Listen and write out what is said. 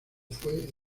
fue